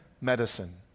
medicine